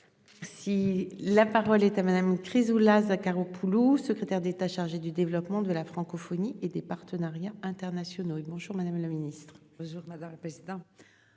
la parole est à madame Chrysoula Zacharopoulou Secrétaire d'État chargée du développement de la francophonie et des partenariats internationaux et bonjour, madame la Ministre bonjour, madame la présidente.